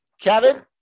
Kevin